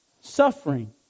Suffering